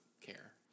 care